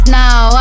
now